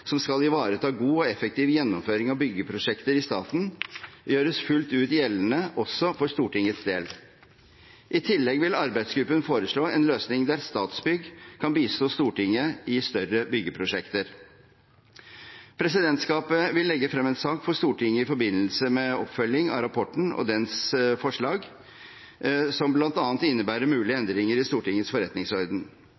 som skal ivareta god og effektiv gjennomføring av byggeprosjekter i staten, gjøres fullt ut gjeldende også for Stortingets del. I tillegg vil arbeidsgruppen foreslå en løsning der Statsbygg kan bistå Stortinget i større byggeprosjekter. Presidentskapet vil legge frem en sak for Stortinget i forbindelse med oppfølging av rapporten og dens forslag, som bl.a. innebærer mulige